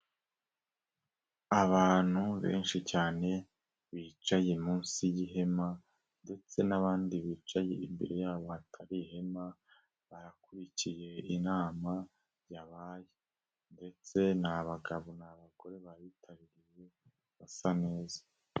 Abantu benshi cyane, bicaye munsi y'ihema ndetse n'abandi bicaye imbere yabo hatari ihema, barakurikiye inama yabaye ndetse ni abagabo n'abagore bitabiriye basa neza.